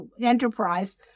enterprise